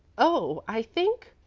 oh, i think,